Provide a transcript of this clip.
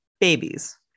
babies